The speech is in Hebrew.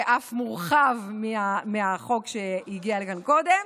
ואף מורחב מהחוק שהגיע לכאן קודם.